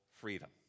freedom